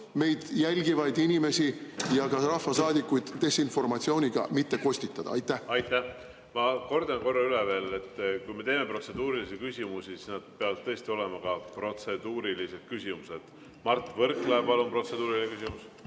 meid jälgivaid inimesi ja ka rahvasaadikuid desinformatsiooniga mitte kostitada. Aitäh! Ma kordan korra veel üle: kui me teeme protseduurilisi küsimusi, siis nad peavad tõesti olema ka protseduurilised küsimused. Mart Võrklaev, palun, protseduuriline küsimus!